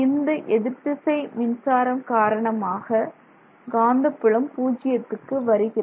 இந்த எதிர்திசை மின்சாரம் காரணமாக காந்தப்புலம் பூஜ்ஜியத்துக்கு குறைகிறது